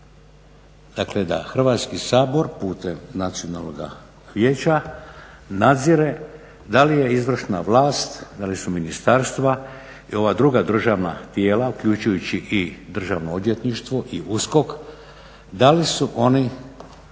Dakle, da Hrvatski sabor putem Nacionalnoga vijeća nadzire da li je izvršna vlast, da li su ministarstva i ova druga državna tijela uključujući i Državno odvjetništvo i USKOK, da li su oni